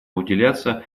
уделяться